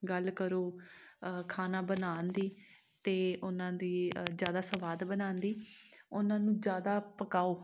ਗੱਲ ਕਰੋ ਖਾਣਾ ਬਣਾਉਣ ਦੀ ਅਤੇ ਓਹਨਾਂ ਦੀ ਜ਼ਿਆਦਾ ਸਵਾਦ ਬਣਾਉਣ ਦੀ ਓਹਨਾ ਨੂੰ ਜ਼ਿਆਦਾ ਪਕਾਓ